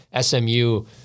SMU